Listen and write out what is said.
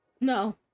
No